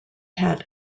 hat